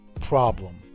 problem